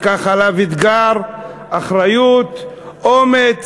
לקח עליו אתגר, אחריות, אומץ